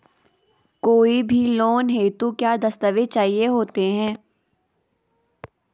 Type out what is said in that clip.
कोई भी लोन हेतु क्या दस्तावेज़ चाहिए होते हैं?